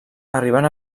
arriben